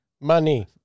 Money